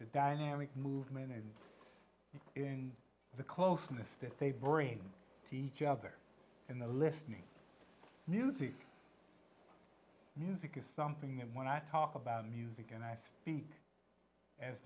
the dynamic movement and in the closeness that they bring to each other and the listening new theme music is something that when i talk about music and i speak as